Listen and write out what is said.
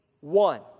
one